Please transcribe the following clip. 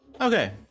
Okay